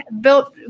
built